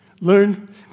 Learn